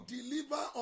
Deliver